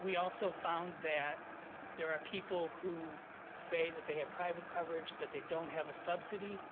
we also found that there are people who say that they have private coverage, that they don't have a subsidy